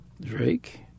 Drake